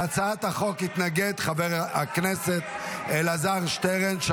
להצעת החוק יתנגד חבר הכנסת אלעזר שטרן.